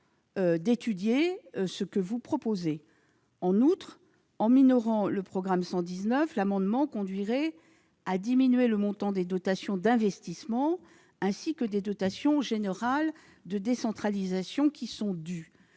d'étudier votre proposition ... En outre, en minorant le programme 119, l'amendement tendrait à diminuer le montant des dotations d'investissement, ainsi que des dotations générales de décentralisation qui sont dues.